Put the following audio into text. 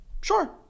sure